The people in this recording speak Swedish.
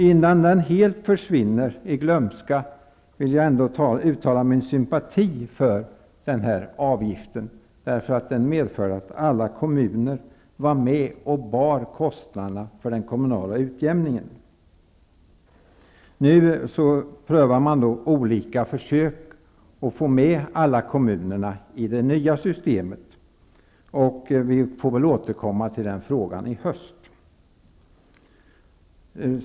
Innan den helt försvinner i glömska vill jag ändå uttala min sympati för den här avgiften, eftersom den medförde att alla kommuner var med och bar kostnaderna för den kommunala utjämningen. Nu prövar man olika försök för att få med alla kommuner i det nya systemet. Vi får väl återkomma till den frågan i höst.